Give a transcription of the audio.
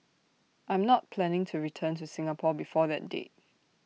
I'm not planning to return to Singapore before that date